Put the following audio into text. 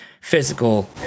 physical